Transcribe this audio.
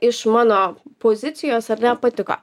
iš mano pozicijos ar ne patiko